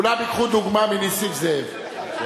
כולם ייקחו דוגמה מנסים זאב.